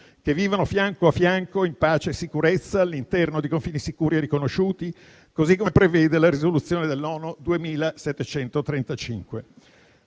che vivano fianco a fianco in pace e sicurezza all'interno di confini sicuri e riconosciuti, così come prevede la risoluzione dell'ONU n. 2735.